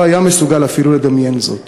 הוא לא היה מסוגל אפילו לדמיין זאת.